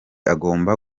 agomba